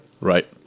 Right